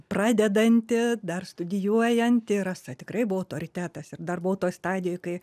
pradedanti dar studijuojanti rasa tikrai buvo autoritetas ir dar buvau toj stadijoj kai